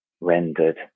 rendered